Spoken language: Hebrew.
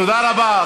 תודה רבה.